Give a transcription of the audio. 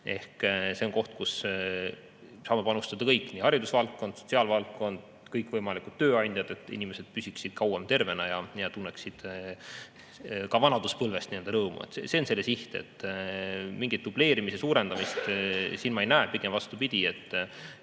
See on koht, kus saame panustada kõik – haridusvaldkond, sotsiaalvaldkond, kõikvõimalikud tööandjad –, et inimesed püsiksid kauem tervena ja tunneksid ka vanaduspõlvest nii-öelda rõõmu. See on selle siht. Mingit dubleerimise suurendamist ma ei näe. Pigem vastupidi,